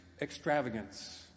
extravagance